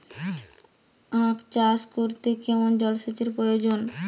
আখ চাষ করতে কেমন জলসেচের প্রয়োজন?